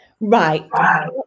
right